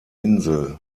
insel